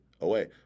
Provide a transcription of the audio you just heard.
away